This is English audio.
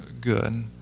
good